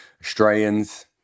Australians